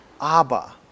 Abba